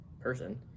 person